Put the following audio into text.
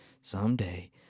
someday